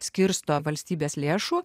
skirsto valstybės lėšų